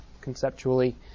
conceptually